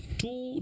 two